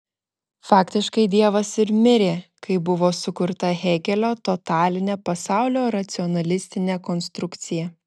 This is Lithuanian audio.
faktiškai dievas ir mirė kai buvo sukurta hėgelio totalinė pasaulio racionalistinė konstrukcija